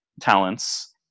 talents